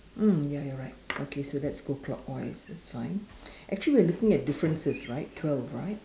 mm ya you're right okay so let's go clockwise that's fine actually we're looking at differences right twelve right